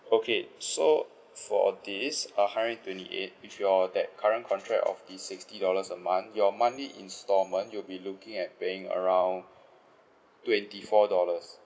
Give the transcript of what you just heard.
okay so for this uh hundred and twenty eight if your that current contract of the sixty dollars a month your monthly instalment you'll be looking at paying around twenty four dollars